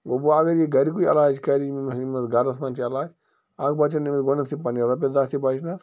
گوٚو وۄنۍ اگر یہِ گَرِکُے علاج کَرِ گَرَس منٛز چھِ علاج اَکھ بَچَن أمِس گۄڈن۪تھٕے پَنٛنہِ رۄپیہِ داہ تہِ بَچنَس